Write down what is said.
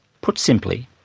put simply,